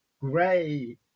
gray